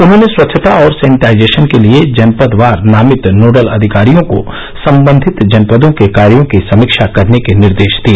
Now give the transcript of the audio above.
उन्होंने स्वच्छता और सैनिटाइजेशन के लिए जनपदवार नामित नोडल अधिकारियों को संबंधित जनपदों के कार्यो की समीक्षा करने के निर्देश दिए